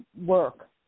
work